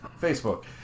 Facebook